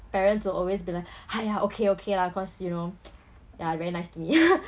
parents will always be like !haiya! okay okay lah cause you know ya very nice to me